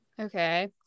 Okay